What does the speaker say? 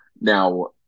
now